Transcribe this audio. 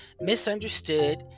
misunderstood